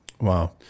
Wow